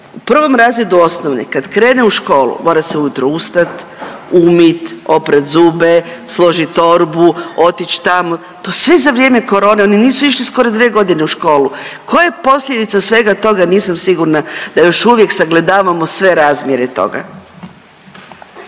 u 1. razredu osnovne kad krene u školu mora se ujutro ustat, umit, oprat zube, složit torbu, otić tamo, to sve za vrijeme korone, oni nisu išli skoro 2.g. u škole, koja je posljedica svega toga, nisam sigurna da još uvijek sagledavamo sve razmjere toga.